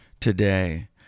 today